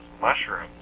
mushrooms